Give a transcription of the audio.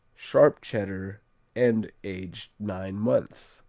sharp cheddar and aged nine months.